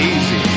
Easy